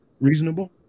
reasonable